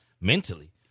mentally